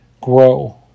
grow